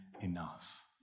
enough